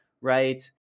right